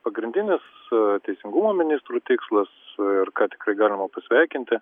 pagrindinis teisingumo ministrų tikslas ir ką tikrai galima pasveikinti